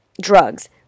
drugs